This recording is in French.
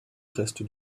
reste